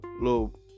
little